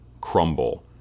crumble